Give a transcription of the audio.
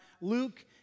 Luke